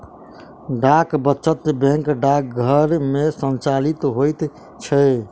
डाक वचत बैंक डाकघर मे संचालित होइत छै